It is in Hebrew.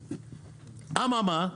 אממה?